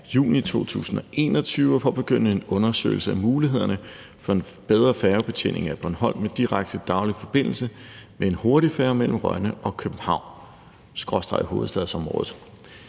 af juni 2021 at påbegynde en undersøgelse af mulighederne for en bedre færgebetjening af Bornholm med direkte daglig forbindelse med en hurtigfærge mellem Rønne og København